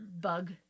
bug